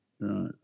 Right